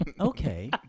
Okay